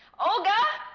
olga